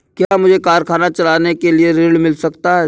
क्या मुझे कारखाना चलाने के लिए ऋण मिल सकता है?